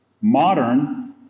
Modern